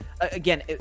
again